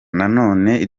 nanone